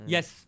Yes